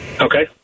Okay